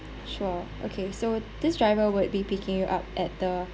sure okay so this driver would be picking you up at the